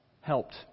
helped